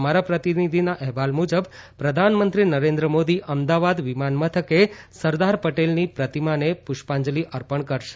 અમારા પ્રતિનિધિના અહેવાલ મુજબ પ્રધાનમંત્રી નરેન્દ્ર મોદી અમદાવાદ વિમાન મથકે સરદાર પટેલની પ્રતિમાને પુષ્પાંજલી અર્પણ કરશે